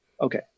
Okay